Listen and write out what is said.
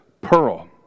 pearl